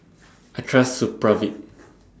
I Trust Supravit